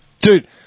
dude